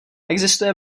existuje